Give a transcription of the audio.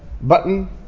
button